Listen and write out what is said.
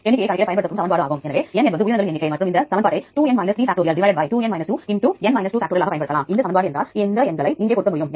எடுத்துக்காட்டாக இந்த இரண்டு Uniprot IDயை எடுத்துக்கொண்டால் இந்த இடத்துக்கு இந்த இரண்டு தொடர் வரிசைகளும் PDP IDகள் எவை என்பதை நீங்கள் அறிய முடியும்